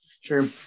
Sure